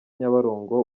nyabarongo